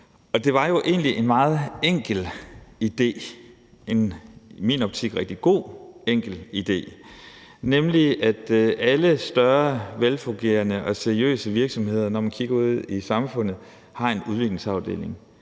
en rigtig god enkel idé. Alle større, velfungerende og seriøse virksomheder, når man kigger ude i samfundet, har nemlig en udviklingsafdeling,